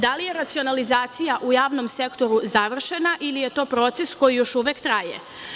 Da li je racionalizacija u javnom sektoru završena ili je to proces koji još uvek traje?